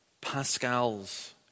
Pascal's